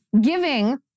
giving